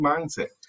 Mindset